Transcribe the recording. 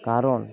কারণ